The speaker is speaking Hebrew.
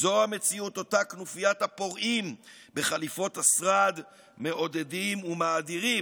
זו המציאות שאותה כנופיית הפורעים בחליפות השרד מעודדים ומאדירים.